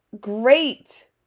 great